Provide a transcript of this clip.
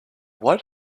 why